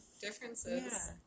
differences